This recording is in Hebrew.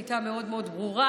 הייתה מאוד מאוד ברורה,